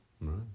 Right